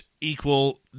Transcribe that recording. equal